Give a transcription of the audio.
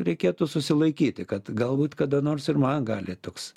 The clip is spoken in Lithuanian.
reikėtų susilaikyti kad galbūt kada nors ir man gali toks